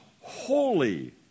holy